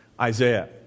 Isaiah